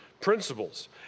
principles